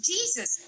Jesus